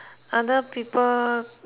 other people